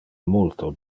multo